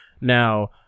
Now